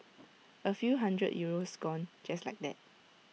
A few hundred euros gone just like that